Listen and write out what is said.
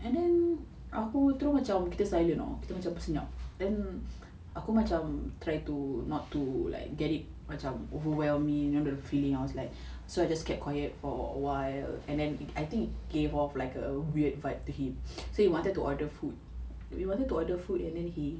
and then aku terus macam kita silent [tau] kita macam senyap then aku macam try to not to like get it macam overwhelming you know the feeling I was like so I just kept quiet for awhile and then I think it gave off like the weird vibe to him so he wanted to order food we wanted to order food and then he